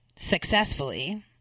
successfully